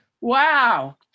Wow